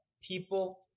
People